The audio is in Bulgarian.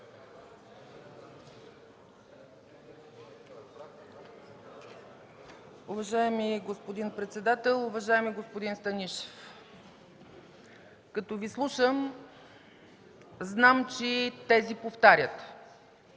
Уважаеми господин председател! Уважаеми господин Станишев, като Ви слушам, знам чии тези повтаряте,